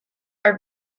are